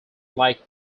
like